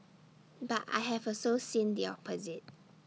but I have also seen the opposite